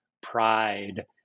pride